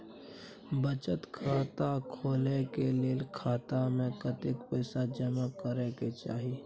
बचत खाता खोले के लेल खाता में कतेक पैसा जमा करे के चाही?